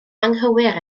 anghywir